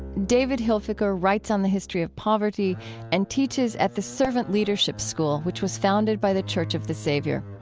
david hilfiker writes on the history of poverty and teaches at the servant leadership school, which was founded by the church of the savior.